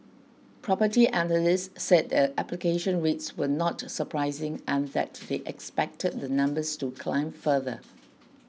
Property Analysts said the application rates were not surprising and they expected the numbers to climb further